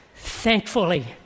Thankfully